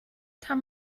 kann